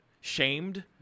Shamed